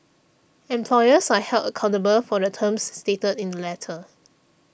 employers are held accountable for the terms stated in the letter